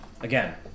Again